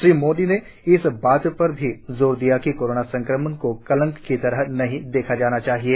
श्री मोदी ने इस बात पर भी जोर दिया कि कोरोना संक्रमण को कलंक की तरह नहीं देखा जाना चाहिए